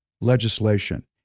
legislation